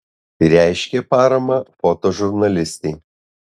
reiškė paramą fotožurnalistei